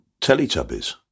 Teletubbies